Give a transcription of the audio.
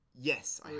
Yes